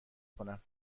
کنم